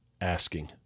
asking